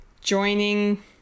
joining